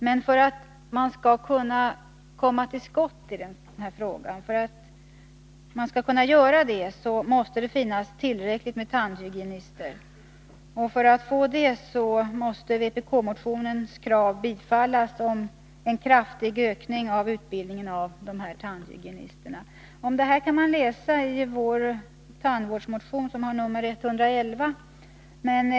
Men för att man skall kunna komma till skott med det måste det finnas tillräckligt med tandhygienister, och för att få det måste vpkmotionens krav om en kraftig ökning av utbildningen av tandhygienister bifallas. Om detta kan man läsa i vår tandvårdsmotion, som har nr 111.